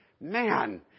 man